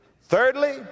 Thirdly